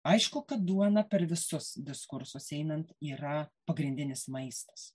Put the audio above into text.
aišku kad duona per visus diskursus einant yra pagrindinis maistas